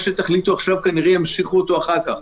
כי מה שתחליטו עכשיו ימשיך גם אחר כך.